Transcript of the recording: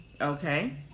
Okay